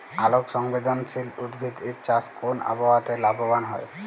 আলোক সংবেদশীল উদ্ভিদ এর চাষ কোন আবহাওয়াতে লাভবান হয়?